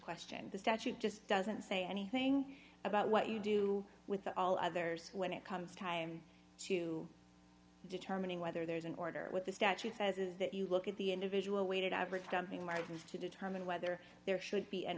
question the statute just doesn't say anything about what you do with all others when it comes time to determining whether there's an order what the statute says is that you look at the individual weighted average jumping margins to determine whether there should be an